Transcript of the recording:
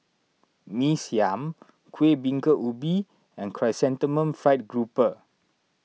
Mee Siam Kuih Bingka Ubi and Chrysanthemum Fried Grouper